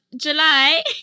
July